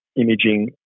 imaging